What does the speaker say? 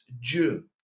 June